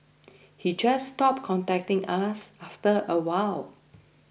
he just stopped contacting us after a while